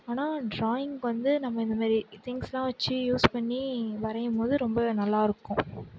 ஆனால் டிராயிங்க்கு வந்து நம்ம இந்தமாரி திங்க்ஸ்லாம் வச்சி யூஸ் பண்ணி வரையும்போது ரொம்பவே நல்லாயிருக்கும்